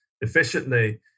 efficiently